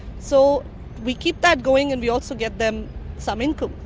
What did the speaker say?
so we keep that going and we also get them some income.